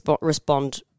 respond